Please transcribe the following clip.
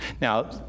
Now